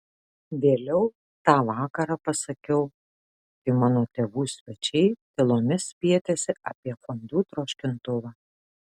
vėliau tą vakarą pasakiau kai mano tėvų svečiai tylomis spietėsi apie fondiu troškintuvą